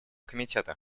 комитета